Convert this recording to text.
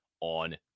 on